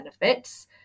benefits